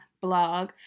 blog